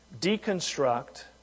deconstruct